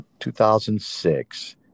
2006